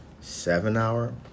seven-hour